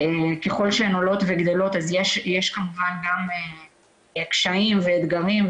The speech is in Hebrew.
ככל שהן עולות וגדלות אז יש כמובן גם קשיים ואתגרים.